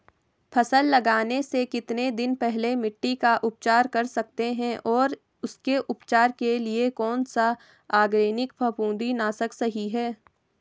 फसल लगाने से कितने दिन पहले मिट्टी का उपचार कर सकते हैं और उसके उपचार के लिए कौन सा ऑर्गैनिक फफूंदी नाशक सही है?